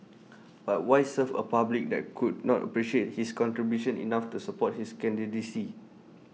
but why serve A public that could not appreciate his contributions enough to support his candidacy